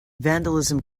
vandalism